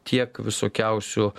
tiek visokiausių